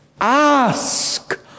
Ask